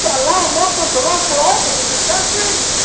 i love muslim to run for office in this country